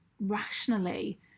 rationally